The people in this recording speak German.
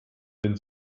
den